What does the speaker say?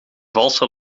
valse